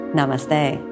Namaste